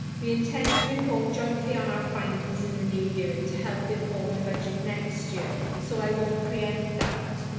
we intend to report jointly on our findings in the new year, to help inform the budget next year, so i won't pre-empt that.